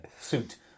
suit